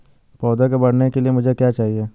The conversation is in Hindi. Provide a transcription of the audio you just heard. पौधे के बढ़ने के लिए मुझे क्या चाहिए?